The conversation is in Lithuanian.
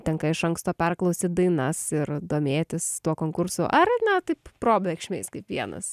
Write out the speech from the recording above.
tenka iš anksto perklausyt dainas ir domėtis tuo konkursu ar ne taip probėgšmiais kaip vienas